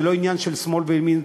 זה לא עניין של שמאל וימין,